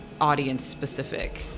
audience-specific